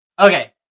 Okay